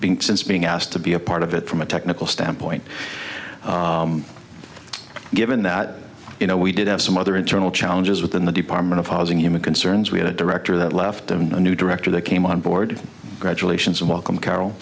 being since being asked to be a part of it from a technical standpoint given that you know we did have some other internal challenges within the department of housing human concerns we had a director that left him a new director that came on board graduations and welcome carol